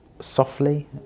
softly